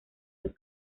los